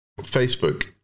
Facebook